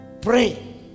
Pray